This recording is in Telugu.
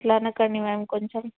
అట్లా అనకండి మ్యామ్ కొంచెం